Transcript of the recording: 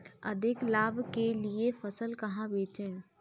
अधिक लाभ के लिए फसल कहाँ बेचें?